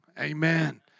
amen